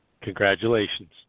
Congratulations